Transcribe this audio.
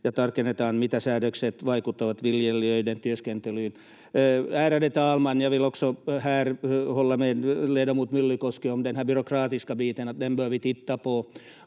tarkennetaan, miten säädökset vaikuttavat viljelijöiden työskentelyyn. Ärade talman! Jag vill också här hålla med ledamot Myllykoski om den här byråkratiska biten, att vi bör titta på